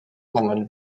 moment